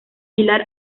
pilar